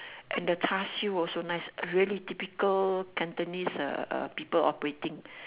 and the char-siew also nice really typical cantonese uh uh people operating